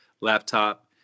laptop